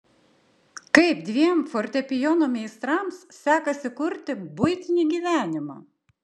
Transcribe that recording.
kaip dviem fortepijono meistrams sekasi kurti buitinį gyvenimą